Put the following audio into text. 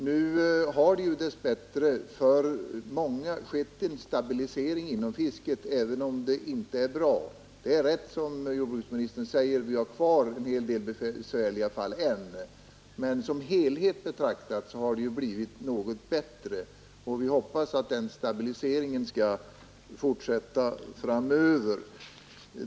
Nu har det ju dess bättre för många skett en stabilisering inom fisket, även om det inte är bra — det är riktigt som jordbruksministern säger att vi har kvar en hel del besvärliga fall ännu — men som helhet betraktat har det ju blivit något bättre, och vi hoppas att den stabiliseringen skall fortsätta framöver.